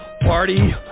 Party